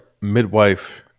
midwife